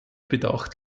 bedacht